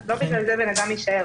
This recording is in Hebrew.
אז לא בגלל זה בן אדם יישאר.